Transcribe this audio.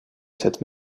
cette